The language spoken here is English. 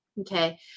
Okay